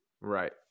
right